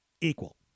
equal